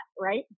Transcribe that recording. right